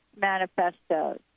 manifestos